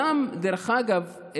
דרך אגב,